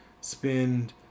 spend